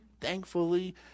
thankfully